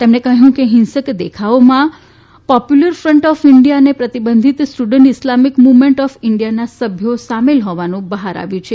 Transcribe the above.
તેમણે કહ્યું કે હિંસક દેખાવોમાં પોપ્યુલર ફ્રન્ટ ઓફ ઈન્ડિયા અને પ્રતિબંધિત સ્ટુડન્ટ ઈસ્લામીક મુવમેન્ટ ઓફ ઈન્ડિયાના સભ્યો સામેલ હોવાનું બહાર આવ્યું છે